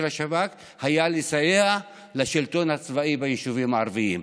השב"כ היה לסייע לשלטון הצבאי ביישובים הערביים.